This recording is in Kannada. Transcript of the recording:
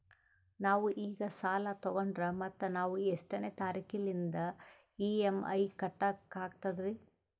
ನಾವು ಈಗ ಸಾಲ ತೊಗೊಂಡ್ರ ಮತ್ತ ನಾವು ಎಷ್ಟನೆ ತಾರೀಖಿಲಿಂದ ಇ.ಎಂ.ಐ ಕಟ್ಬಕಾಗ್ತದ್ರೀ?